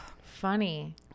Funny